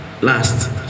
last